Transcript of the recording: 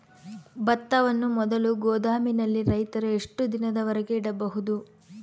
ಭತ್ತವನ್ನು ಮೊದಲು ಗೋದಾಮಿನಲ್ಲಿ ರೈತರು ಎಷ್ಟು ದಿನದವರೆಗೆ ಇಡಬಹುದು?